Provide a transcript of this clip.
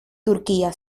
turquía